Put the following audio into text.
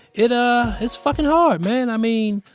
it ah is fucking hard, man. i mean,